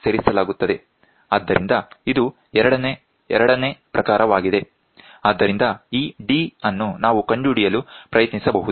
ಆದ್ದರಿಂದ ಇದು ಎರಡನೇ ಪ್ರಕಾರವಾಗಿದೆ ಆದ್ದರಿಂದ ಈ d ಅನ್ನು ನಾವು ಕಂಡುಹಿಡಿಯಲು ಪ್ರಯತ್ನಿಸಬಹುದು